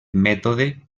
mètode